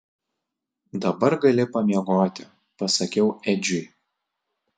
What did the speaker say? dabar gali pamiegoti pasakiau edžiui